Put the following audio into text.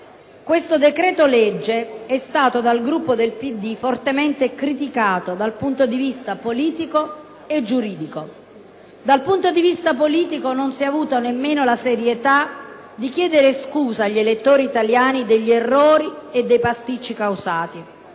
Questo decreto-legge è stato dal Gruppo del PD fortemente criticato dal punto di vista politico e giuridico. Dal punto di vista politico non si è avuta nemmeno la serietà di chiedere scusa agli elettori italiani degli errori e dei pasticci causati